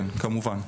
כן, כמובן.